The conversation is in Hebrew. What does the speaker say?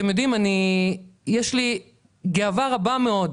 יש לי גאווה רבה מאוד